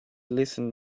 listened